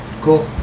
cool